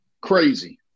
Crazy